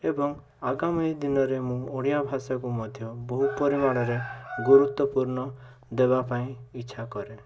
ଏବଂ ଆଗାମୀ ଦିନରେ ମୁଁ ଓଡ଼ିଆ ଭାଷାକୁ ମଧ୍ୟ ବହୁ ପରିମାଣରେ ଗୁରୁତ୍ୱପୂର୍ଣ୍ଣ ଦେବାପାଇଁ ଇଚ୍ଛାକରେ